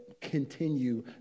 continue